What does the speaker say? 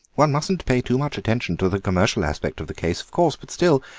one mustn't pay too much attention to the commercial aspect of the case, of course, but still,